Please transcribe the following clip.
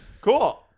Cool